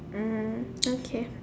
mm okay